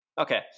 Okay